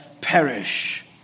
perish